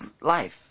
life